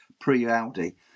pre-audi